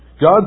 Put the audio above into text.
God